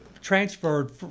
transferred